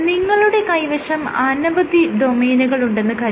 നിങ്ങളുടെ കൈവശം അനവധി ഡൊമെയ്നുകളുണ്ടെന്ന് കരുതുക